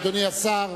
אדוני השר,